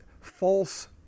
false